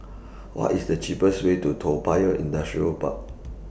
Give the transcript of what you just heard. What IS The cheapest Way to Toa Payoh Industrial Park